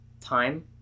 time